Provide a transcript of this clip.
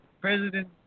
President